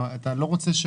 אתה לא רוצה,